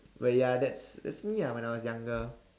but ya that's that's me ah when I was younger